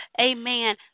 amen